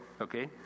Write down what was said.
okay